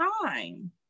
time